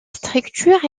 structure